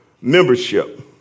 membership